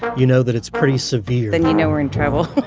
you know that it's pretty severe then you know we're in trouble.